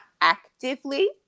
actively